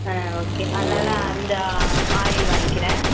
ஆ okay அதனால் அந்த oil வாங்கிக்கிறேன்